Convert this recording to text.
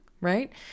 right